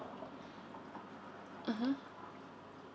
mmhmm